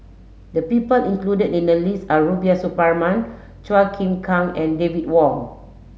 the people included in the list are Rubiah Suparman Chua Chim Kang and David Wong